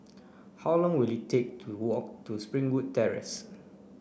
how long will it take to walk to Springwood Terrace